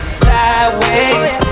sideways